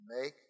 make